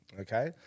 okay